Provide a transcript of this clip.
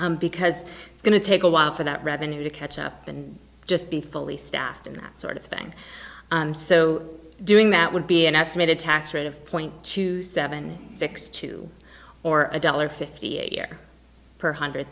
because it's going to take a while for that revenue to catch up and just be fully staffed and that sort of thing so doing that would be an estimated tax rate of point two seven six two or a dollar fifty a year per hundred